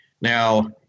Now